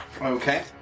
Okay